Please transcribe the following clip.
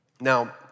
Now